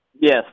Yes